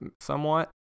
somewhat